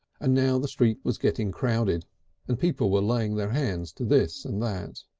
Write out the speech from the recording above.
and now the street was getting crowded and people were laying their hands to this and that.